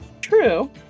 True